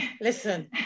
Listen